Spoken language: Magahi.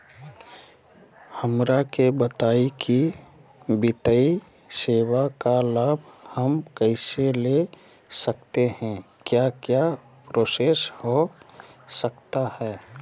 हमरा के बताइए की वित्तीय सेवा का लाभ हम कैसे ले सकते हैं क्या क्या प्रोसेस हो सकता है?